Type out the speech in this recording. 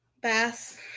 Bass